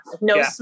no